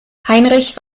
heinrich